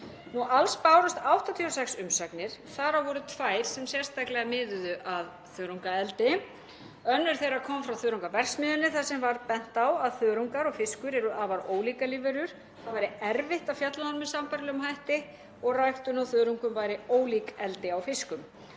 Alls bárust 86 umsagnir. Þar af voru tvær sem sérstaklega miðuðu að þörungaeldi. Önnur þeirra kom frá Þörungaverksmiðjunni þar sem var bent á að þörungar og fiskur eru afar ólíkar lífverur og það væri erfitt að fjalla um þær með sambærilegum hætti og ræktun á þörungum væri ólík eldi á fiskum.